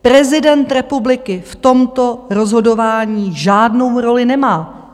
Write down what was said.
Prezident republiky v tomto rozhodování žádnou roli nemá.